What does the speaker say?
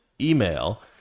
email